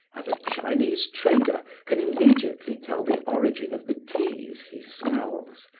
as a chinese trader can immediately tell the origin of the teas he smells,